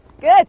good